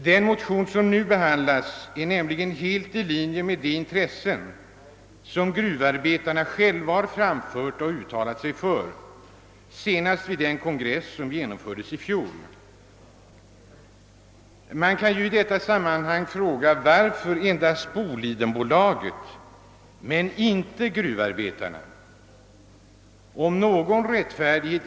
Den motion som nu behandlas är nämligen helt i linje med de intressen som gruvarbetarna själva har uttalat sig för, senast vid den kongress som hölls i fjol. Man kan i detta sammanhang undra varför endast Bolidenbolaget och inte gruvarbetarna fått ge uttryck för sin uppfattning.